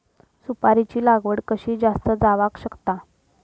सुपारीची लागवड कशी जास्त जावक शकता?